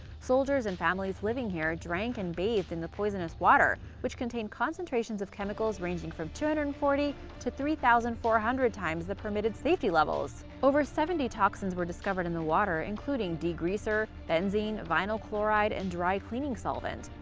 soldiers and families living there drank and bathed in the poisonous water, which contained concentrations of chemicals ranging from two hundred and forty to three thousand four hundred times the permitted safety levels. over seventy toxins were discovered in the water, including degreaser, benzene, vinyl chloride, and dry cleaning solvent.